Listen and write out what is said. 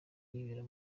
yibera